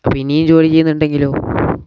പിന്നേയും ജോലി ചെയ്യുന്നുണ്ടെങ്കിലോ